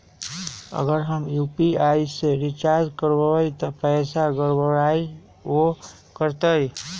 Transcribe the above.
अगर हम यू.पी.आई से रिचार्ज करबै त पैसा गड़बड़ाई वो करतई?